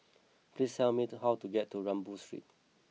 please tell me to how to get to Rambau Street